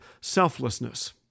selflessness